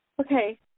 Okay